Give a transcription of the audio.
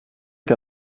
que